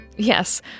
Yes